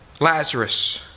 Lazarus